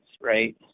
right